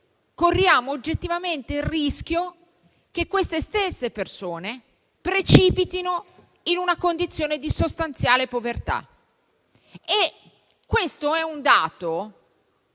corriamo oggettivamente il rischio che queste stesse persone precipitino in una condizione di sostanziale povertà. Questo è un dato